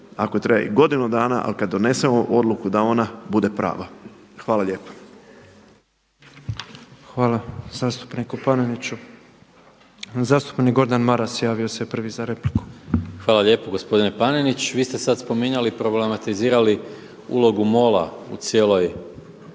ako treba i godinu dana. Ali kad donesemo odluku da ona bude prava. Hvala lijepo. **Petrov, Božo (MOST)** Hvala zastupniku Paneniću. Zastupnik Gordan Maras javio se prvi za repliku. **Maras, Gordan (SDP)** Hvala lijepo gospodine Panenić. Vi ste sad spominjali problematizirali ulogu MOL-a u cijeloj